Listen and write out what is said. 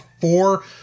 four